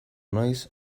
noiz